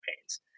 campaigns